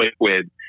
liquid